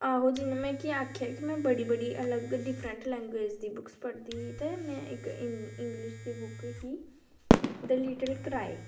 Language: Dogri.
आहो जि'यां में की आखेआ की में बड़ी बड़ी अलग डिफरैंस लैग्वेज दी बुक्स पढ़दी ही ते में इक इंगलिश दी बुक ही दा लिटल कराई